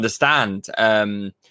understand